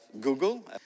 Google